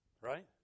Right